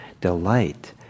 delight